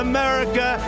America